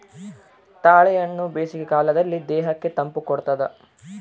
ತಾಳೆಹಣ್ಣು ಬೇಸಿಗೆ ಕಾಲದಲ್ಲಿ ದೇಹಕ್ಕೆ ತಂಪು ಕೊಡ್ತಾದ